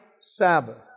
Sabbath